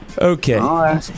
Okay